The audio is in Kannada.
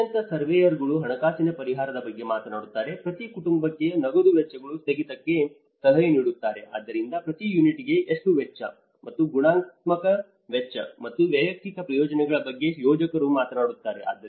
ಅಂತೆಯೇ ಸರ್ವೇಯರ್ಗಳು ಹಣಕಾಸಿನ ಪರಿಹಾರದ ಬಗ್ಗೆ ಮಾತನಾಡುತ್ತಾರೆ ಪ್ರತಿ ಕುಟುಂಬಕ್ಕೆ ನಗದು ವೆಚ್ಚಗಳ ಸ್ಥಗಿತಕ್ಕೆ ಸಲಹೆ ನೀಡುತ್ತಾರೆ ಆದ್ದರಿಂದ ಪ್ರತಿ ಯೂನಿಟ್ಗೆ ಇಷ್ಟು ವೆಚ್ಚ ಮತ್ತು ಗುಣಾತ್ಮಕ ವೆಚ್ಚ ಮತ್ತು ವೈಯಕ್ತಿಕ ಪ್ರಯೋಜನಗಳ ಬಗ್ಗೆ ಯೋಜಕರು ಮಾತನಾಡುತ್ತಾರೆ